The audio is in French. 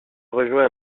rejoint